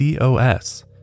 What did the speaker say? COS